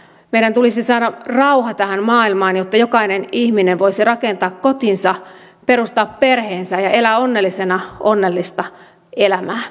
meidän tulisi saada rauha tähän maailmaan jotta jokainen ihminen voisi rakentaa kotinsa perustaa perheensä ja elää onnellisena onnellista elämää